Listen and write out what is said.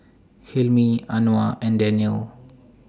Hilmi Anuar and Daniel